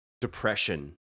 depression